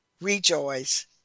Rejoice